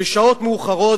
בשעות מאוחרות,